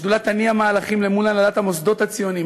השדולה תניע מהלכים מול הנהלת המוסדות הציוניים,